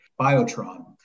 Biotron